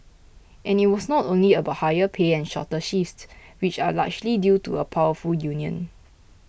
and it was not only about higher pay and shorter shifts which are largely due to a powerful union